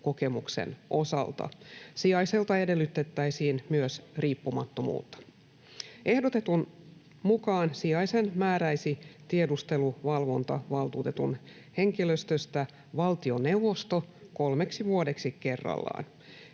Sijaiselta edellytettäisiin myös riippumattomuutta. Ehdotetun mukaan sijaisen määräisi tiedusteluvalvontavaltuutetun henkilöstöstä valtioneuvosto kolmeksi vuodeksi kerrallaan.